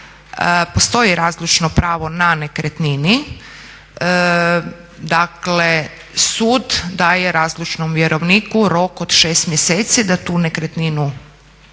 postoji razlučno pravo na nekretnini, dakle sud daje razlučnom vjerovniku rok od 6 mjeseci da tu nekretninu